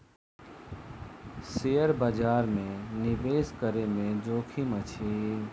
share बजार में निवेश करै में जोखिम अछि